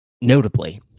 Notably